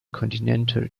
continental